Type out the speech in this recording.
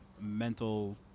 mental